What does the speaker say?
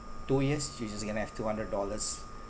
two years you just you going to have two hundred dollars